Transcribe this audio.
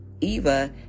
Eva